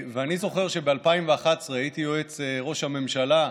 אני זוכר שב-2011 הייתי יועץ ראש הממשלה,